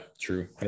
true